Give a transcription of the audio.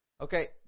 Okay